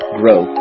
grow